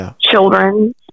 children